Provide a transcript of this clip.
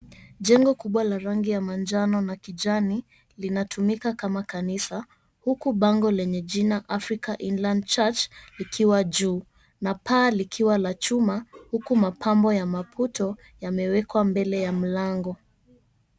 Jengo kubwa la rangi ya manjano na kijani linatumika kama kanisa huku bango lenye jina African Inland church likiwa juu na paa likiwa la chuma huku mapambo ya maputo yamewekwa mbele ya mlango.